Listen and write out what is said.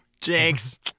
jinx